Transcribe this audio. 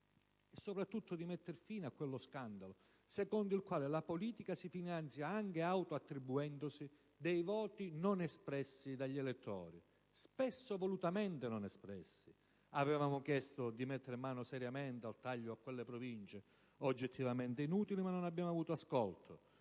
e sopratutto di mettere fine a quello scandalo secondo il quale la politica si finanzia anche autoattribuendosi voti non espressi dagli elettori. Spesso volutamente non espressi. Avevamo chiesto di mettere mano seriamente al taglio di quelle Province oggettivamente inutili, ma non abbiamo avuto ascolto.